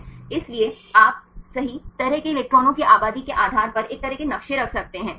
इसलिए आप सही तरह के इलेक्ट्रॉनों की आबादी के आधार पर एक तरह के नक्शे रख सकते हैं